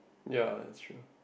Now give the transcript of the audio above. ya it's true